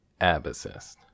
Abacist